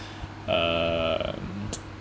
uh